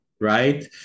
right